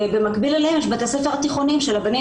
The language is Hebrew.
במקביל אליהם יש את בתי הספר התיכוניים של הבנים